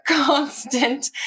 constant